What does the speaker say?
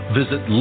visit